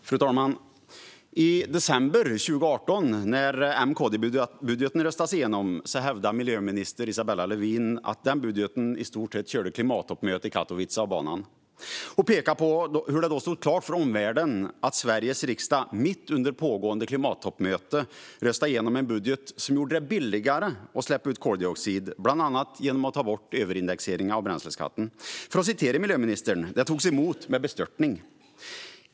Fru talman! När M-KD-budgeten röstades igenom i december 2018 hävdade miljöminister Isabella Lövin att den i stort sett körde klimattoppmötet i Katowice av banan. Hon pekade på hur det då stod klart för omvärlden att Sveriges riksdag mitt under pågående klimattoppmöte röstade igenom en budget som gjorde det billigare att släppa ut koldioxid, bland annat genom att ta bort överindexeringen av bränsleskatten. För att citera miljöministern togs det emot med bestörtning.